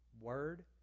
word